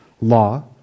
law